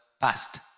past